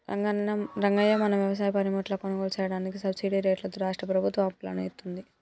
రంగయ్య మన వ్యవసాయ పనిముట్లు కొనుగోలు సెయ్యదానికి సబ్బిడి రేట్లతో రాష్ట్రా ప్రభుత్వం అప్పులను ఇత్తుంది